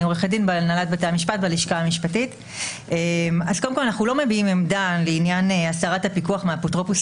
אני עורכת דין בלשכה המשפטית של הנהלת בתי המשפט.